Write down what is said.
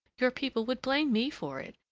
your people would blame me for it,